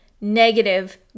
negative